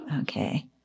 Okay